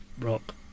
Rock